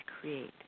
create